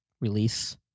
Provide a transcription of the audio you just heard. release